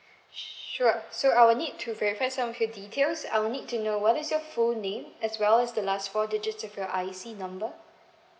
s~ sure so I will need to verify some of your details I will need to know what is your full name as well as the last four digits of your I_C number